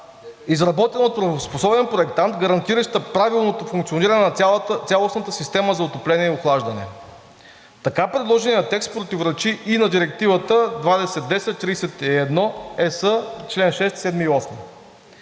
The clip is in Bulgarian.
изработена от правоспособен проектант, гарантираща правилното функциониране на цялостната система за отопление и охлаждане. Така предложеният текст противоречи и на Директива 2010/31 ЕС, чл.